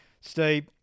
Steve